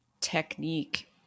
technique